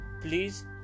Please